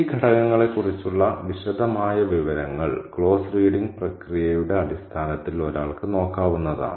ഈ ഘടകങ്ങളെ കുറിച്ചുള്ള വിശദമായ വിവരങ്ങൾ ക്ലോസ് റീഡിങ് പ്രക്രിയയുടെ അടിസ്ഥാനത്തിൽ ഒരാൾക്ക് നോക്കാവുന്നതാണ്